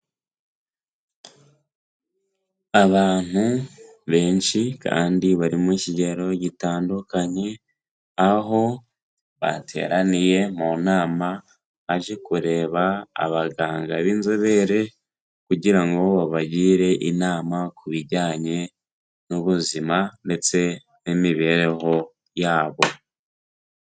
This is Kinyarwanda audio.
Abantu benshi, kandi bari mu kigero gitandukanye, aho bateraniye mu nama, baje kureba abaganga b'inzobere, kugira ngo babagire inama, ku bijyanye n'ubuzima, ndetse n'imibereho yabo.